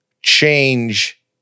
change